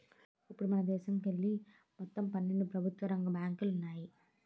ఇప్పుడు మనదేశంలోకెళ్ళి మొత్తం పన్నెండు ప్రభుత్వ రంగ బ్యాంకులు ఉన్నాయి